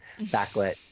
backlit